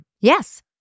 Yes